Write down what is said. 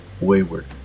wayward